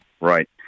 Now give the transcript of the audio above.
right